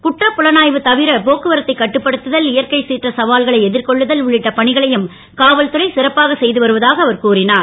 குற்றப்புலனா வு தவிர போக்குவரத்தை கட்டுப்படுத்துதல் இயற்கை சிற்ற சவால்களை எ ர்கொள்ளுதல் உள்ளிட்ட பணிகளையும் காவல்துறை சிறப்பாக செ து வருவதாக அவர் கூறினார்